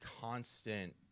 constant